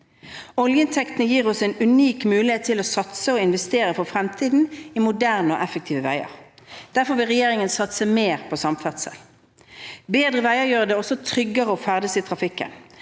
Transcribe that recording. Oljeinntektene gir oss en unik mulighet til å satse og investere i moderne og effektive veier for fremtiden. Derfor vil regjeringen satse mer på samferdsel. Bedre veier gjør det også tryggere å ferdes i trafikken.